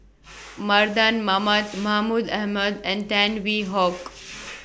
Mardan Mamat Mahmud Ahmad and Tan Hwee Hock